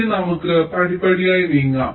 ഇനി നമുക്ക് പടിപടിയായി നീങ്ങാം